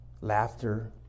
laughter